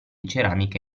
ceramica